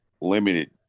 limited